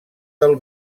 del